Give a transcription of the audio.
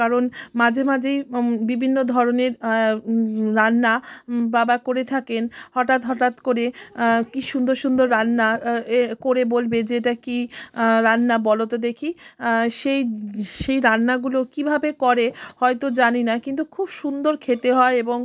কারণ মাঝে মাঝেই বিভিন্ন ধরনের রান্না বাবা করে থাকেন হঠাৎ হঠাৎ করে কী সুন্দর সুন্দর রান্না এ করে বলবে যে এটা কী রান্না বলোতো দেখি সেই সেই রান্নাগুলো কীভাবে করে হয়তো জানি না কিন্তু খুব সুন্দর খেতে হয় এবং